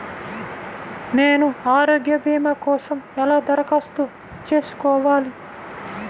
నేను ఆరోగ్య భీమా కోసం ఎలా దరఖాస్తు చేసుకోవాలి?